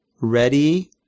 ready